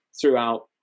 throughout